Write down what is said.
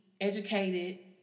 educated